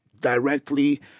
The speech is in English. directly